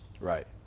Right